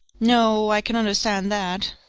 no, i can understand that,